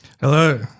Hello